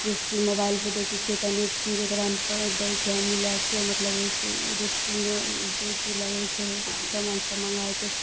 recipe मोबाइलपर देखय छियै तऽ अनेक चीज गामपर दै छै हमहुँ लएके मतलब रेस रेसिपीमे जे चीज लगय छै सामान सब मँगाय के